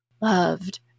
loved